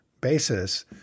basis